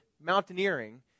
Mountaineering